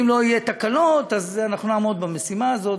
אם לא יהיו תקלות אז נעמוד במשימה הזאת,